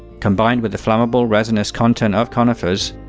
combined with the flammable resinous content of conifers,